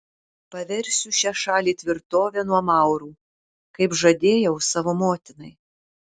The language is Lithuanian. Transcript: paversiu šią šalį tvirtove nuo maurų kaip žadėjau savo motinai